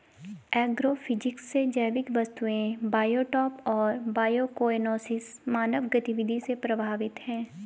agrophysics से जैविक वस्तुएं बायोटॉप और बायोकोएनोसिस मानव गतिविधि से प्रभावित हैं